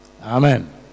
Amen